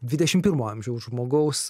dvidešim pirmojo amžiaus žmogaus